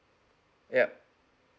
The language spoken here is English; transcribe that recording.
yup